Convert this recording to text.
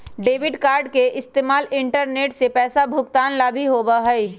debit card के इस्तेमाल internet से पैसा भुगतान ला भी होबा हई